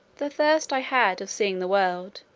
the thirst i had of seeing the world,